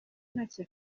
ntacyo